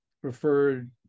preferred